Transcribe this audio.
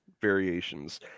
variations